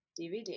DVD